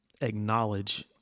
acknowledge